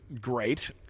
great